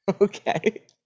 Okay